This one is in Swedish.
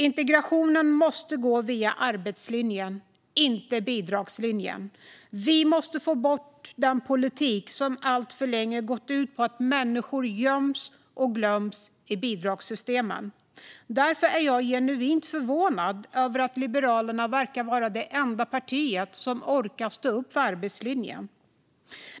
Integrationen måste gå via arbetslinjen, inte bidragslinjen. Vi måste få bort den politik som alltför länge gått ut på att människor göms och glöms i bidragssystemen. Därför är jag genuint förvånad över att Liberalerna verkar vara det enda parti som orkar stå upp för arbetslinjen.